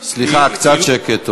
סליחה, קצת שקט.